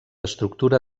estructura